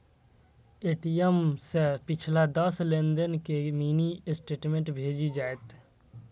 ATM सं पिछला दस लेनदेन के मिनी स्टेटमेंट भेटि जायत